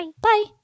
Bye